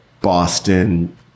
Boston